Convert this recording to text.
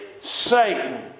Satan